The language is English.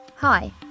Hi